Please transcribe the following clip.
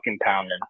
pounding